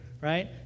right